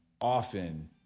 often